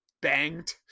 banged